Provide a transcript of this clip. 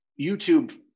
YouTube